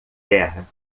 terra